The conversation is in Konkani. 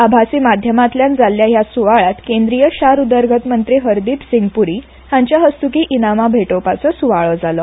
आभासी माध्यमातल्यान जाल्या हया सुवाळ्यात केंद्रीय शार उदरगत मंत्री हरदीप सिंग पुरी हांच्या हस्तुकी इनामां भेटोवपाचो सुवाळो जालो